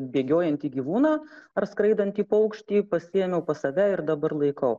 bėgiojantį gyvūną ar skraidantį paukštį pasiėmiau pas save ir dabar laikau